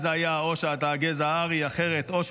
אז זה היה או שאתה מהגזע הארי או שאתה